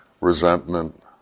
resentment